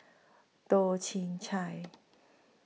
Toh Chin Chye